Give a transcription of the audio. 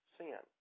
sin